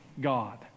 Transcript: God